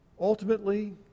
Ultimately